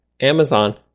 Amazon